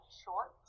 short